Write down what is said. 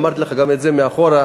אמרתי לך את זה גם מאחור,